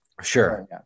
Sure